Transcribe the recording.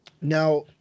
Now